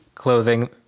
Clothing